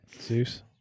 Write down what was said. Zeus